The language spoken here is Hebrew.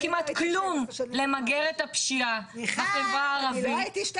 כמעט כלום למגר את הפשיעה בחברה הערבית.